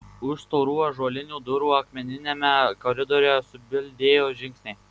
už storų ąžuolinių durų akmeniniame koridoriuje subildėjo žingsniai